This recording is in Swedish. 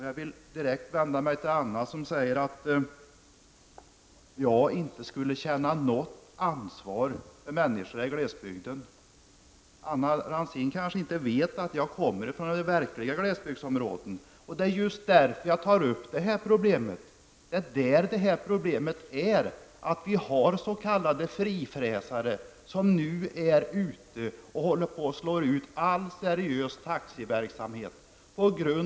Jag vill direkt vända mig mot Anna Horn af Ranzien, som säger att jag inte skulle känna något ansvar för människor i glesbygden. Anna Horn af Rantzien kanske inte vet att jag kommer från ett verkligt glesbygdsområde. Och det är just därför som jag tar upp det här problemet. Det är där vi har problemet med s.k. frifräsare, som nu håller på att slå ut all seriös taxiverksamhet.